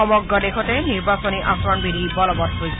সমগ্ৰ দেশতে নিৰ্বাচনী আচৰণ বিধি বলৱৎ হৈছে